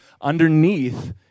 underneath